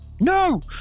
No